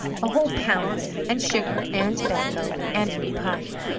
a whole pound of it, and sugar, and tobacco, and a new pipe.